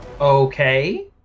Okay